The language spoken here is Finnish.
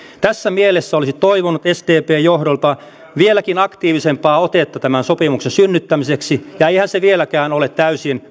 tässä mielessä olisi toivonut sdpn johdolta vieläkin aktiivisempaa otetta tämän sopimuksen synnyttämiseksi ja eihän se vieläkään ole täysin